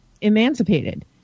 emancipated